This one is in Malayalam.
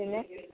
പിന്നെ